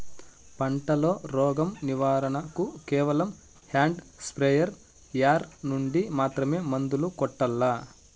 పంట లో, రోగం నివారణ కు కేవలం హ్యాండ్ స్ప్రేయార్ యార్ నుండి మాత్రమే మందులు కొట్టల్లా?